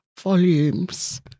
volumes